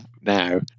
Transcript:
now